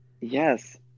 Yes